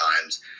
times